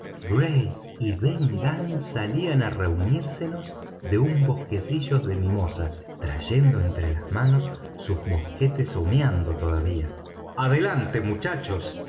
y ben gunn salían á reunírsenos de un bosquecillo de mimosas trayendo entre las manos sus mosquetes humeando todavía adelante muchachos